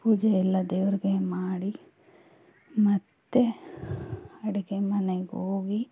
ಪೂಜೆ ಎಲ್ಲ ದೇವರಿಗೆ ಮಾಡಿ ಮತ್ತು ಅಡಿಗೆ ಮನೆಗೋಗಿ